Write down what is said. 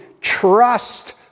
trust